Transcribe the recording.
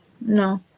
No